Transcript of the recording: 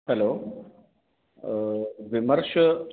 hello विमर्श